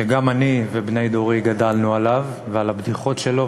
שגם אני ובני דורי גדלנו עליו ועל הבדיחות שלו.